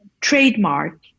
trademark